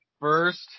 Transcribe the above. first –